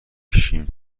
کشیم